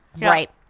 Right